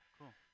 cool